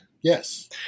yes